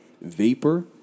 vapor